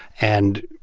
and,